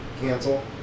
cancel